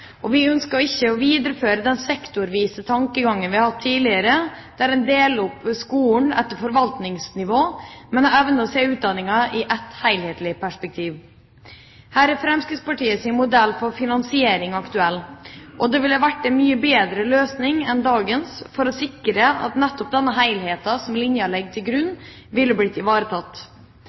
utdanninga. Vi ønsker ikke å videreføre den sektorvise tankegangen vi har hatt tidligere, der en deler opp skolen etter forvaltningsnivå, men at en evner å se utdanninga i et helhetlig perspektiv. Her er Fremskrittspartiets modell for finansiering aktuell, og den ville vært en mye bedre løsning enn dagens for å sikre at nettopp denne helheten som linja legger til grunn, ville blitt ivaretatt.